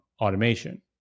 automation